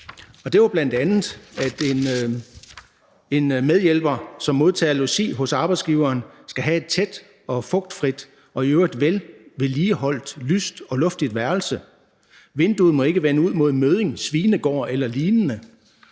det var bl.a., at en medhjælper, som modtager logi hos arbejdsgiveren, skal have et tæt og fugtfrit og i øvrigt vel vedligeholdt, lyst og luftigt værelse. Vinduet må ikke vende ud mod en mødding, svinegård eller lignende.